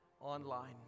online